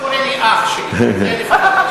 אף פעם.